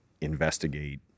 investigate